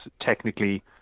technically